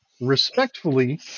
respectfully